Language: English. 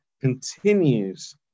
continues